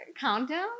countdown